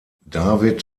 david